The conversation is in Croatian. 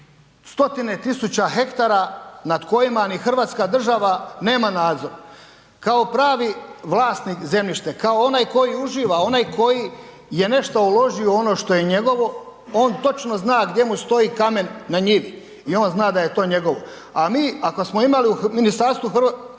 stotine tisuća hektara nad kojima ni hrvatska država nema nadzor. Kao pravi vlasnik zemljište, kao onaj koji uživa, onaj koji je nešto uložio u ono što je njegovo, on točno zna gdje mu stoji kamen na njivi i on zna da je to njegovo. A mi ako smo imali u Ministarstvu